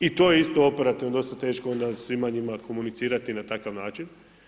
I to je isto operativno dosta teško, onda s svima njima komunicirati na takav način.